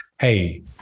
hey